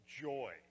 joy